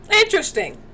Interesting